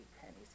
pennies